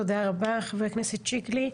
תודה רבה, חבר הכנסת שיקלי.